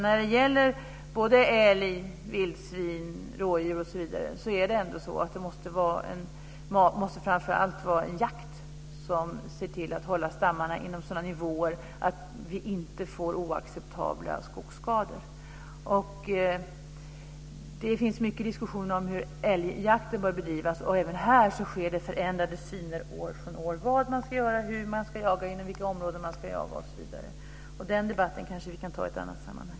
När det gäller både älg, vildsvin, rådjur osv. måste det framför allt vara jakten som ser till att hålla stammarna inom sådana nivåer att vi inte får oacceptabla skogsskador. Det finns mycket diskussioner om hur älgjakten bör bedrivas. Även här sker en förändring år efter år i synen på vad man ska göra, hur och inom vilka områden man ska jaga osv. Men den debatten kanske vi kan ta i ett annat sammanhang.